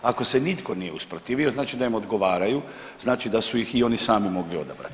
Ako se nitko nije usprotivio znači da im odgovaraju, znači da su ih i oni sami mogli odabrati.